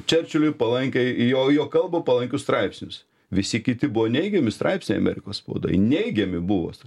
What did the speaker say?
čerčiliui palankią jo jo kalbą palankius straipsnius visi kiti buvo neigiami straipsniai amerikos spaudoj neigiami buvo